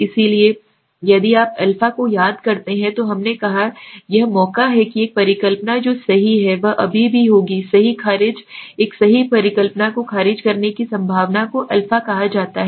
इसलिए यदि आप α को याद करते हैं तो हमने कहा कि यह मौका है कि एक परिकल्पना जो सही है वह अभी भी होगी सही खारिज एक सही परिकल्पना को खारिज करने की संभावना को α कहा जाता है